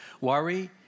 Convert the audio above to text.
Worry